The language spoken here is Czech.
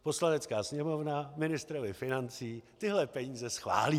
Poslanecká sněmovna ministrovi financí tyhle peníze schválí.